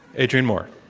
adrian moore.